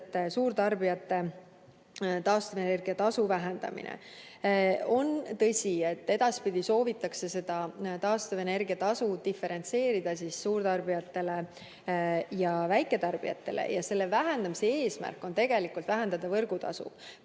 suurtarbijatel taastuvenergia tasu vähendamine. On tõsi, et edaspidi soovitakse taastuvenergia tasu diferentseerida suurtarbijatele ja väiketarbijatele. Selle vähendamise eesmärk on vähendada võrgutasusid,